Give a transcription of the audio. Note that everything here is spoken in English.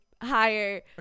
higher